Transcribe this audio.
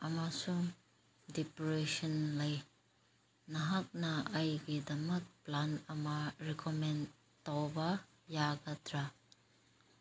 ꯑꯃꯁꯨꯡ ꯗꯤꯄ꯭ꯔꯦꯁꯟ ꯂꯩ ꯅꯍꯥꯛꯅ ꯑꯩꯒꯤꯗꯃꯛ ꯄ꯭ꯂꯥꯟ ꯑꯃ ꯔꯤꯀꯣꯝꯃꯦꯟ ꯇꯧꯕ ꯌꯥꯒꯗ꯭ꯔꯥ